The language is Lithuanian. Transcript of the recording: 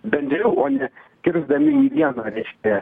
bendriau o ne kirsdami į vieną reiškia